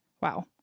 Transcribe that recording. wow